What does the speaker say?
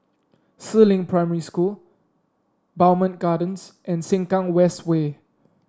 Si Ling Primary School Bowmont Gardens and Sengkang West Way